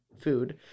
food